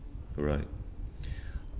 correct